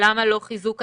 למה לא חיזוק הצוותים?